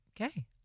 Okay